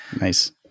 nice